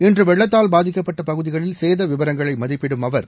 இன்று வெள்ளத்தால் பாதிக்கப்பட்ட பகுதிகளில் சேத விவரங்களை மதிப்பிடும் அவர்